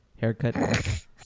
haircut